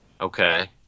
Okay